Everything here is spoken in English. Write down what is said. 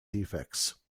defects